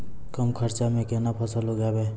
कम खर्चा म केना फसल उगैबै?